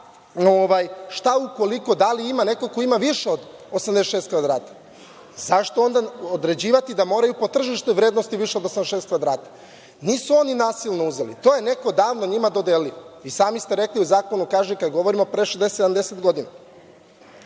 šta ukoliko i da li ima neko ko ima više od 86 kvadrata? Zašto onda određivati da moraju po tržišnoj vrednosti više od 86 kvadrata? Nisu oni nasilno uzeli, to je neko davno njima dodelio. I sami ste rekli - u zakonu kaže kad govorimo pre 60, 70 godina. Ono